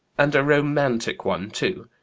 and a romantic one too?